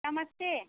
नमस्ते